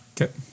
Okay